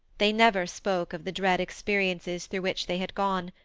they never spoke of the dread experiences through which they had gone.